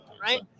Right